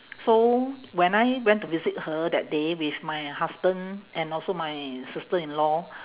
so when I went to visit her that day with my husband and also my sister-in-law